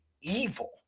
evil